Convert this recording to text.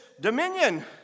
dominion